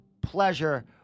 pleasure